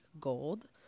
gold